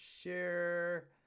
share